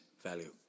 value